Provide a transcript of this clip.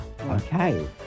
Okay